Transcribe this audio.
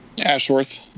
Ashworth